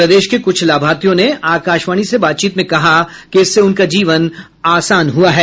प्रदेश के कुछ लाभार्थियों ने आकाशवाणी से बातचीत में कहा कि इससे उनका जीवन आसान हुआ है